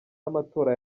y’amatora